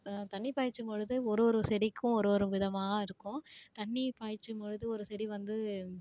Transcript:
தண்ணி பாய்ச்சும் பொழுது ஒரு ஒரு செடிக்கும் ஒரு ஒரு விதமாகருக்கும் தண்ணி பாய்ச்சும் பொழுது ஒரு செடி வந்து